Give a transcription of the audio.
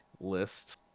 list